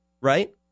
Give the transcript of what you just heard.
Right